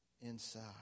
inside